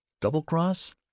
double-cross